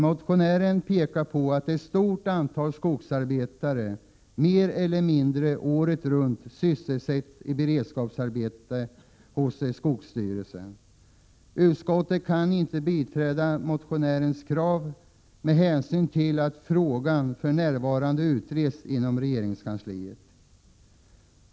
Motionären framhåller att ett stort antal skogsarbetare mer eller mindre året runt sysselsätts i beredskapsarbete hos skogsstyrelsen. Utskottet kan inte biträda motionärens krav med hänsyn till att frågan för närvarande utreds inom regeringskansliet.